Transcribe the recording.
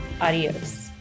Adios